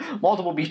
Multiple